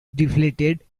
deflated